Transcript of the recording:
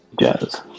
Jazz